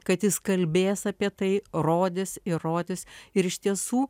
kad jis kalbės apie tai rodys įrodys ir iš tiesų